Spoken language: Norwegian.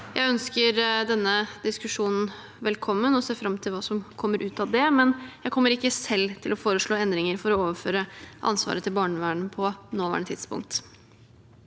Jeg ønsker denne diskusjonen velkommen og ser fram til hva som kommer ut av det, men jeg kommer ikke selv til å foreslå endringer for å overføre ansvaret til barnevernet på nåværende tidspunkt.